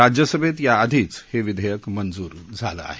राज्यसभेत याआधीच हे विधेयक मंजूर झालं आहे